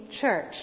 church